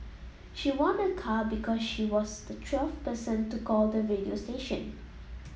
she won a car because she was the twelfth person to call the radio station